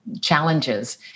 challenges